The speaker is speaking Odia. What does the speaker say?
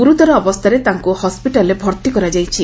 ଗୁରୁତର ଅବସ୍ଥାରେ ତାଙ୍କୁ ହସ୍ୱିଟାଳ୍ରେ ଭର୍ତି କରାଯାଇଛି